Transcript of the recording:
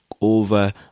over